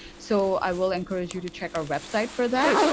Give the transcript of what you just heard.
so i will encourage you to check our website for that.